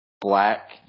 Black